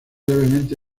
levemente